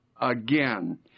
again